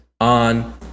on